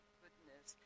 goodness